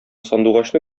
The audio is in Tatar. сандугачны